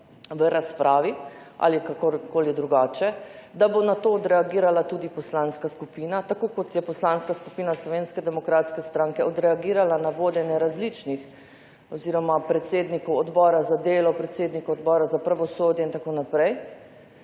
v razpravi ali kakorkoli drugače, da bo na to odreagirala tudi poslanska skupina, tako kot je Poslanska skupina Slovenske demokratske stranke odreagirala na vodenje predsednikov Odbora za delo, Odbora za pravosodje in tako naprej,